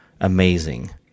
amazing